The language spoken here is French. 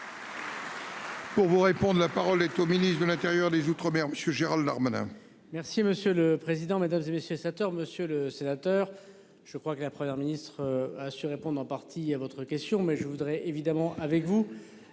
Pour vous répondre. La parole est au ministre de l'Intérieur, les Outre-mer monsieur Gérald Darmanin.